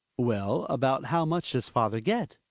well, about how much does father get?